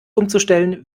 umzustellen